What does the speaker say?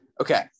Okay